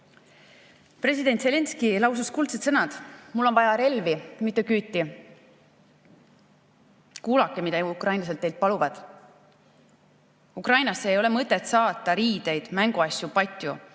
President Zelinskõi lausus kuldsed sõnad: "Mul on vaja relvi, mitte küüti!" Kuulake, mida ukrainlased teilt paluvad. Ukrainasse ei ole mõtet saata riideid, mänguasju, patju.